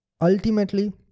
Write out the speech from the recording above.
ultimately